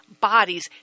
bodies